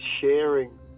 sharing